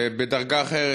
ובדרגה אחרת,